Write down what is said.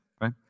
right